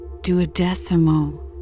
Duodecimo